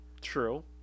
True